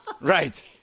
Right